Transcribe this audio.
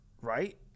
right